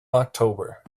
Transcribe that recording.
october